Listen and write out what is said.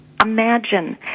imagine